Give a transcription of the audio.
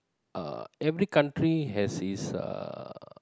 uh every country has his uh